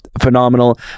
phenomenal